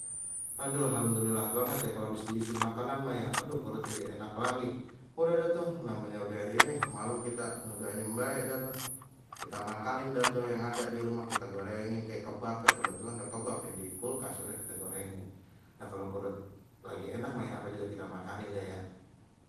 Haduh alhamdulillah banget ya kalau abis diisi makanan mah ya, aduh perut jadi enak lagi. Udah dah tu namanya udah ini malam kita ngeganyem bae dah tu, kita makanin dah tu yang ada di rumah kita gorengin kek kebab kan kebetulan ada kebab di kulkas udah kita gorengin, lah kalau perut lagi enak mah ya apa juga kita makanin deh ya.